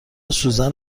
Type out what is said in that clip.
سوزن